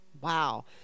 Wow